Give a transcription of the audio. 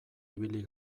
ibili